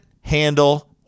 handle